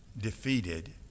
defeated